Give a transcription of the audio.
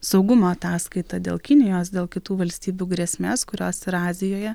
saugumo ataskaitą dėl kinijos dėl kitų valstybių grėsmes kurios yra azijoje